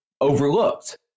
overlooked